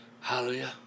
Hallelujah